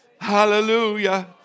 Hallelujah